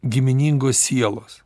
giminingos sielos